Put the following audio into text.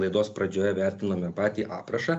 laidos pradžioje vertinome patį aprašą